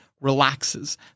relaxes